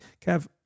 Kev